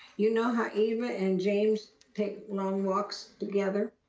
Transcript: you know how eva and james take long walks together?